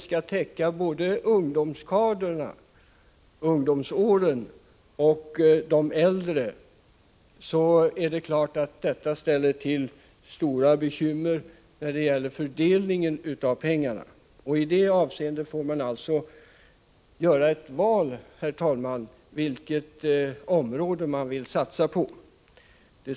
Skall både ungdomskadrerna och de äldre komma i fråga, blir det givetvis stort bekymmer när det gäller fördelningen av pengarna. Här måste man alltså, herr talman, träffa ett val när det gäller vilket område som man vill satsa på.